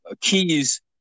keys